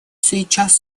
сейчас